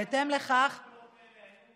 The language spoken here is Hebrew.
בהתאם לכך, כמה עבירות כאלה היו?